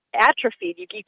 atrophied